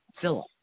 Philip